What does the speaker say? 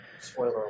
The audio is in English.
Spoiler